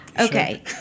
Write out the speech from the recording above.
Okay